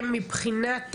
מבחינת